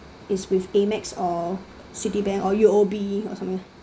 is with amex or citibank or U_O_B or something